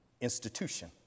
institution